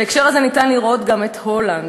בהקשר הזה ניתן לראות גם את הולנד,